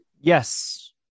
Yes